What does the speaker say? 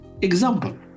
Example